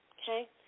okay